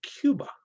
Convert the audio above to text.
Cuba